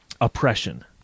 oppression